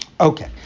Okay